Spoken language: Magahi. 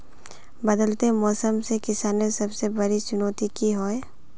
बदलते मौसम से किसानेर सबसे बड़ी चुनौती की होय?